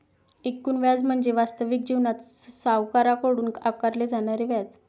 एकूण व्याज म्हणजे वास्तविक जीवनात सावकाराकडून आकारले जाणारे व्याज